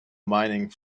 mining